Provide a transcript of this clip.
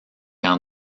ans